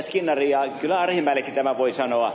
skinnari ja kyllä arhinmäellekin tämän voin sanoa